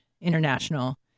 International